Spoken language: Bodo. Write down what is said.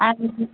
आं